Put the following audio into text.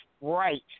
right